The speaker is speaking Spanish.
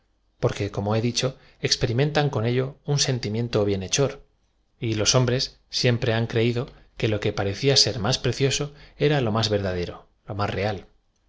porquo como he dicho experimentan con ello un sentimiento bienhechor y loa hombrea siempre han creído que lo que parecía ser más precioso e ra lo más verdadero lo más real